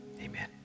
amen